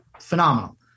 phenomenal